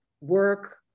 work